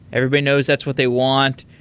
everybody knows that's what they want.